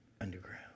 underground